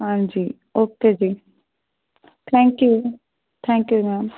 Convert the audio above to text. ਹਾਂਜੀ ਓਕੇ ਜੀ thank you thank you ma'am